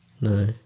No